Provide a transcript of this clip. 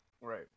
Right